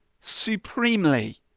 supremely